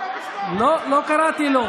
ולא רק כראש הממשלה בה.